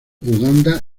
uganda